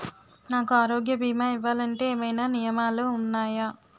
నాకు ఆరోగ్య భీమా ఇవ్వాలంటే ఏమైనా నియమాలు వున్నాయా?